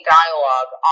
dialogue